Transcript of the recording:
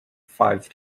five